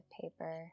paper